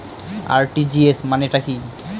RTGS মানে টা কি?